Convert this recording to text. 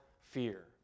fear